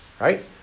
right